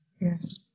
Yes